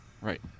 right